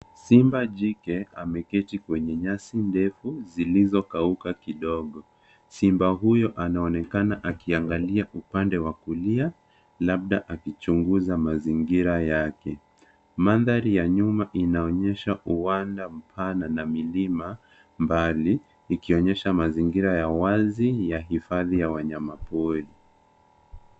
Simba jike ameketi kwenye nyasi ndefu zilizo kauka kidogo. Simba huyo anaonekana akiangalia upande wa kulia, labda akichunguza mazingira yake. Mandhari ya nyuma inaonyesha uwanda mpana na milima mbali, ikionyesha mazingira ya wazi ya hifadhi ya wanyamapori.